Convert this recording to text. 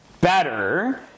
better